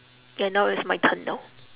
ya now it's my turn now